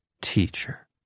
Teacher